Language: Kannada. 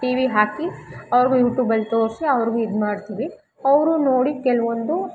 ಟಿ ವಿ ಹಾಕಿ ಅವ್ರಿಗು ಯೂಟ್ಯೂಬಲ್ಲಿ ತೋರಿಸಿ ಅವ್ರಿಗು ಇದ್ಮಾಡ್ತೀವಿ ಅವರು ನೋಡಿ ಕೆಲವೊಂದು